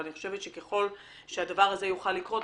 אבל אני חושבת שככל שהדבר הזה יוכל לקרות,